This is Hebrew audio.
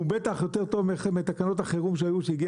הוא בטח יותר טוב מתקנות החירום שהיו שהגיע